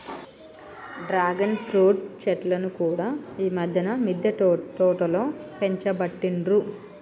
dragon fruit చెట్లను కూడా ఈ మధ్యన మిద్దె తోటలో పెంచబట్టిండ్రు